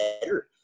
better